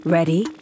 Ready